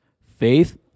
faith